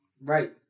Right